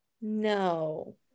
no